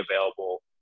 available